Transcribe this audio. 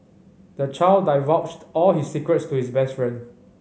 the child divulged all his secrets to his best friend